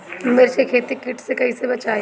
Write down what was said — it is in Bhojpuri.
मिर्च के खेती कीट से कइसे बचाई?